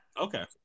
Okay